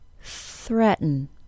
Threaten